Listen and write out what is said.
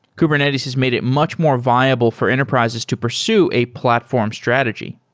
kubernetes has made it much more viable for enterprises to pursue a platform strategy.